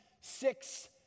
six